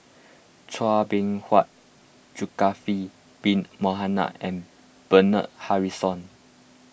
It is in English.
Chua Beng Huat Zulkifli Bin Mohamed and Bernard Harrison